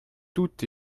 tout